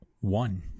One